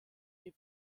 les